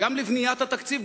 גם לבניית התקציב,